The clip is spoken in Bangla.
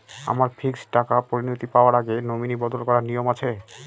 আমার ফিক্সড টাকা পরিনতি পাওয়ার আগে নমিনি বদল করার নিয়ম আছে?